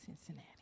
Cincinnati